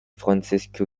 francesco